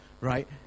right